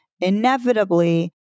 inevitably